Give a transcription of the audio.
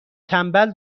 تنبل